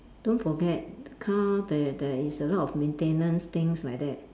don't forget count there there is a lot of maintenance things like that